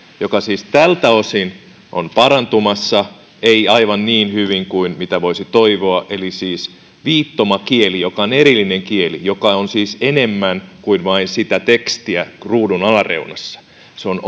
joka siis tältä osin on parantumassa ei aivan niin hyvin kuin mitä voisi toivoa eli siis viittomakieli on erillinen kieli joka on enemmän kuin vain sitä tekstiä ruudun alareunassa se on